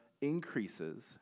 increases